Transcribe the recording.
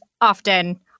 often